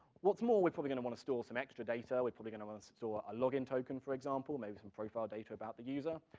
what's more, we're probably gonna wanna store some extra data, we're probably gonna wanna store a login token for example, maybe some profile data about the user,